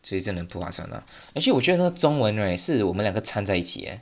所以真的不划算 actually 我觉得那个中文 right 是我们两个参在一起